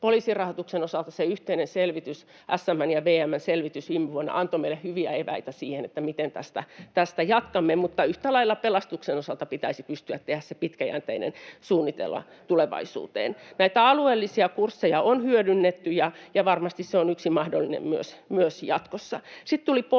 Poliisin rahoituksen osalta se yhteinen selvitys, SM:n ja VM:n selvitys, viime vuonna antoi meille hyviä eväitä siihen, miten tästä jatkamme, mutta yhtä lailla pelastuksen osalta pitäisi pystyä tekemään se pitkäjänteinen suunnitelma tulevaisuuteen. Näitä alueellisia kursseja on hyödynnetty, ja varmasti se on yksi mahdollisuus myös jatkossa.